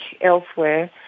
elsewhere